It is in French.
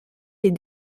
les